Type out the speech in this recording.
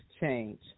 change